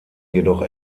jedoch